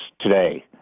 today